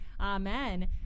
amen